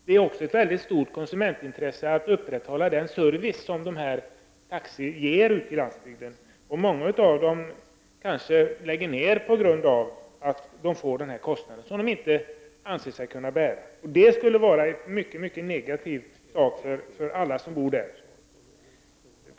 Det är också ett mycket stort konsumentintresse att man kan upprätthålla den service som dessa taxiägare ger på landsbygden. Många av dem kanske kommer att lägga ned sin verksamhet på grund av att de får den här kostnaden, som de inte anser sig kunna bära. Det skulle vara mycket negativt för alla som bor på landsbygden.